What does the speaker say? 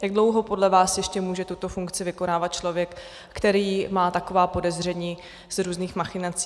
Jak dlouho podle vás ještě může tuto funkce vykonávat člověk, který má taková podezření z různých machinací?